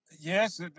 Yes